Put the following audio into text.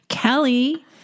Kelly